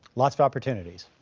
lots of opportunities.